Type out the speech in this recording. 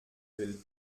will